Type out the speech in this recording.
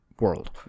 world